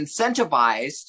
incentivized